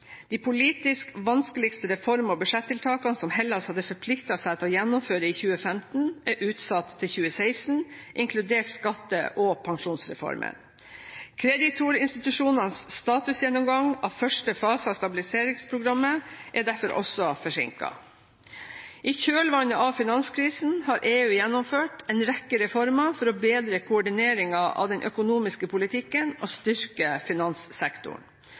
De politisk vanskeligste reform- og budsjettiltakene som Hellas hadde forpliktet seg til å gjennomføre i 2015, er utsatt til 2016, inkludert skatte- og pensjonsreformen. Kreditorinstitusjonenes statusgjennomgang av første fase av stabiliseringsprogrammet er derfor også forsinket. I kjølvannet av finanskrisen har EU gjennomført en rekke reformer for å bedre koordineringen av den økonomiske politikken og styrke finanssektoren.